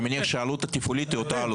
אני מניח שהעלות התפעולית היא אותה עלות.